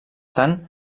tant